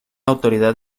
autoridad